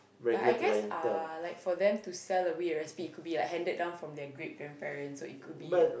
but I guess uh like for them to sell away a recipe it could be like handed down from their great grandparents so it could be